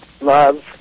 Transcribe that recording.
love